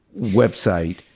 website